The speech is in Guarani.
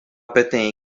peteĩ